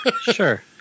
Sure